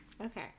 Okay